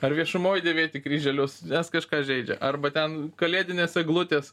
ar viešumoj dėvėti kryželius nes kažką žaidžia arba ten kalėdinės eglutės